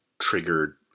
triggered